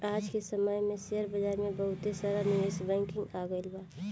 आज के समय में शेयर बाजार में बहुते सारा निवेश बैंकिंग आ गइल बा